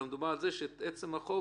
אלא מדובר על זה שהוא לא